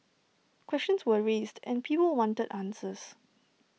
questions were raised and people wanted answers